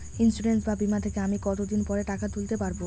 Insurance বা বিমা থেকে আমি কত দিন পরে টাকা তুলতে পারব?